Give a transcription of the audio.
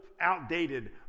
outdated